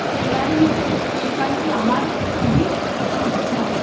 tailoring এই কাজটি আমার খুবই ইচ্ছা